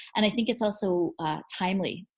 and i think it's also timely.